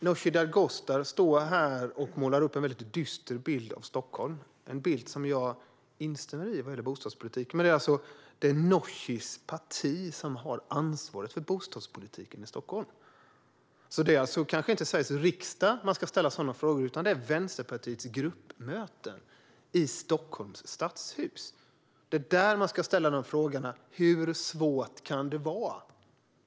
Herr talman! Återigen står Nooshi Dadgostar här och målar upp en väldigt dyster bild av Stockholm. Det är en bild som jag instämmer i när det gäller bostadspolitiken. Men det är faktiskt Nooshis parti som har ansvar för bostadspolitiken i Stockholm. Det är alltså inte i Sveriges riksdag man ska ställa sådana frågor utan på Vänsterpartiets gruppmöten i Stockholms stadshus. Det är där man ska ställa frågan: Hur svårt kan det vara?